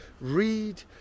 read